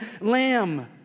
lamb